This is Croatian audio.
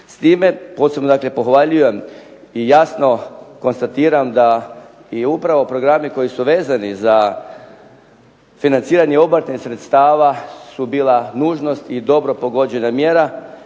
s time posebno dakle pohvaljujem i jasno konstatiram da i upravo programi koji su vezani za financiranje obrtnih sredstava su bila nužnost i dobro pogođena mjera,